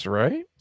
right